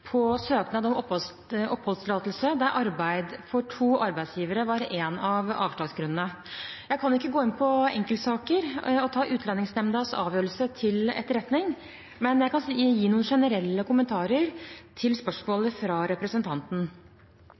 på søknad om oppholdstillatelse, der arbeid for to arbeidsgivere var en av avslagsgrunnene. Jeg kan ikke gå inn på enkeltsaker og tar Utlendingsnemndas avgjørelse til etterretning, men jeg kan gi noen generelle kommentarer til spørsmålet fra representanten.